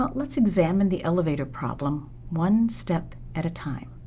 ah let's examine the elevator problem one step at a time.